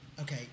okay